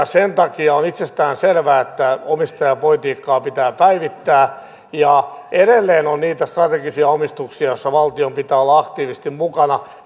sen takia on itsestäänselvää että omistajapolitiikkaa pitää päivittää ja edelleen on niitä strategisia omistuksia joissa valtion pitää olla aktiivisesti mukana